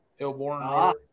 Hillborn